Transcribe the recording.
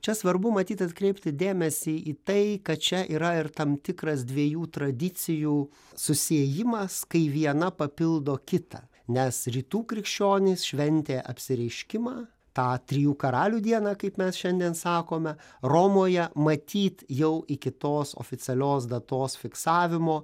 čia svarbu matyt atkreipti dėmesį į tai kad čia yra ir tam tikras dviejų tradicijų susiejimas kai viena papildo kitą nes rytų krikščionys šventė apsireiškimą tą trijų karalių dieną kaip mes šiandien sakome romoje matyt jau iki tos oficialios datos fiksavimo